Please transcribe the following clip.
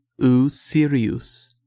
Usirius